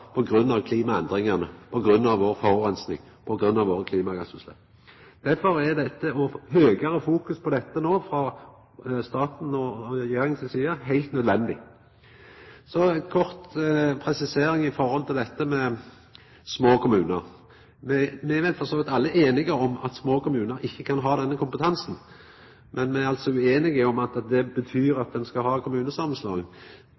av klimaendringane, på grunn av vår forureining, på grunn av våre klimagassutslepp. Derfor er høgare fokus på dette no, frå staten og regjeringa si side, heilt nødvendig. Så ei kort presisering når det gjeld dette med små kommunar. Me er vel for så vidt alle einige om at små kommunar ikkje kan ha denne kompetansen, men me er altså ueinige om at det betyr